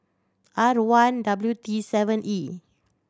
R one W T seven E